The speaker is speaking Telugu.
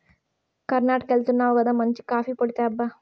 కర్ణాటకెళ్తున్నావు గదా మంచి కాఫీ పొడి తేబ్బా